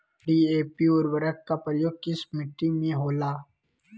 DAP उर्वरक का प्रयोग किस मिट्टी में होला?